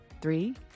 Three